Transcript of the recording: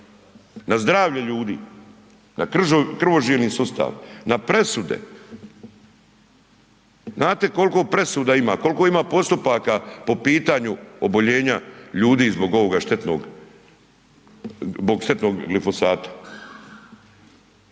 na zdravlje ljudi, na krvožilni sustav, na presude? Znate kol'ko presuda ima, kol'ko ima postupaka po pitanju oboljenja ljudi zbog ovoga štetnog, zbog